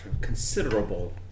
considerable